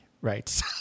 right